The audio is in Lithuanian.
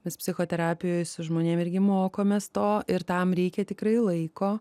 nes psichoterapijoj žmonėm irgi mokomės to ir tam reikia tikrai laiko